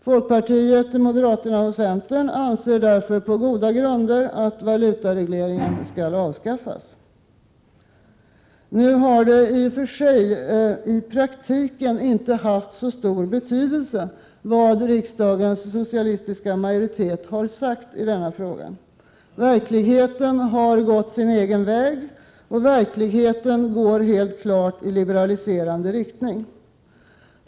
Folkpartiet, moderaterna och centern anser därför på goda grunder att valutaregleringen skall avskaffas. Prot. 1987/88:114 Nu har det i och för sig i praktiken inte haft så stor betydelse vad riksdagens 4 maj 1988 socialistiska majoritet har sagt i denna fråga. Verkligheten har gått sin egen väg. Och verkligheten går helt klart i liberaliserande riktning.